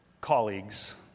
colleagues